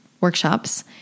workshops